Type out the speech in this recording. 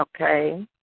Okay